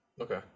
Okay